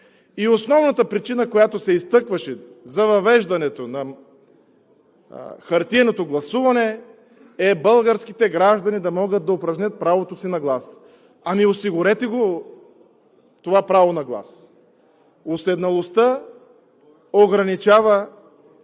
Основната причина, която се изтъкваше за въвеждането на хартиеното гласуване, е българските граждани да могат да упражнят правото си на глас. Осигурете го това право на глас! Уседналостта ограничава